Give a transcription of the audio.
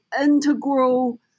integral